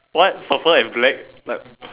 what suffer and black